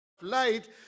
Light